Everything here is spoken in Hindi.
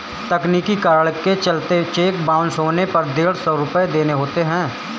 तकनीकी कारण के चलते चेक बाउंस होने पर डेढ़ सौ रुपये देने होते हैं